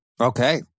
Okay